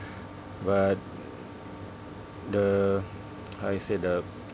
but the how I say the